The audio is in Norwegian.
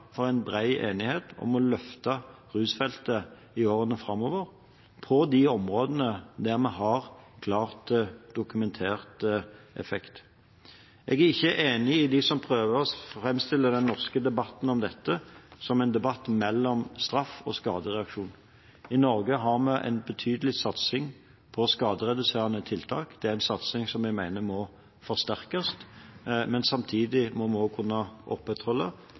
for en bred enighet om å løfte rusfeltet i årene framover på de områdene der det er klart dokumentert effekt. Jeg er ikke enig med dem som prøver å framstille den norske debatten om dette som en debatt mellom straff og skadereaksjon. I Norge har vi en betydelig satsing på skadereduserende tiltak. Det er en satsing som jeg mener må forsterkes. Men samtidig må vi også kunne opprettholde